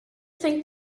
think